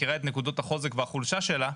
מכירה את נקודות החוזק והחולשה שלה,